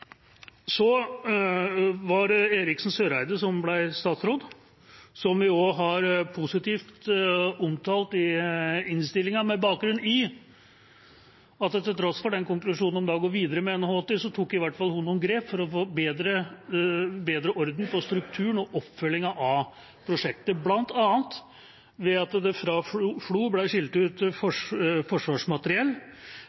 Så var det Eriksen Søreide som ble statsråd. Vi har omtalt også henne positivt i innstillinga, med bakgrunn i at til tross for konklusjonen om å gå videre med NH-90 tok i hvert fall hun noen grep for å få bedre orden på strukturen og oppfølgingen av prosjektet, bl.a. ved at det fra FLO ble skilt ut